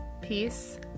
Peace